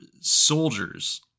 soldiers